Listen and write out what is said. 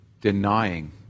denying